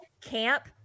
camp